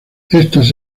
estas